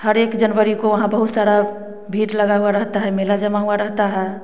हर एक जनवरी को वहाँ बहुत सारा भीड़ लगा हुआ रहता है मेला जमा हुआ रहता है